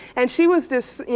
and she was just, you